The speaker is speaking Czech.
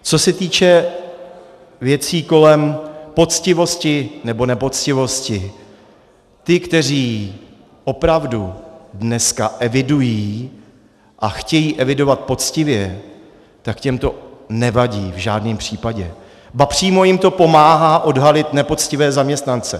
Co se týče věcí kolem poctivosti nebo nepoctivosti ti, kteří opravdu dneska evidují a chtějí evidovat poctivě, tak těm to nevadí, v žádném případě, ba přímo jim to pomáhá odhalit nepoctivé zaměstnance.